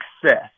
success